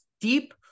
deep